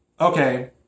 okay